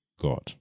God